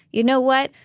you know what?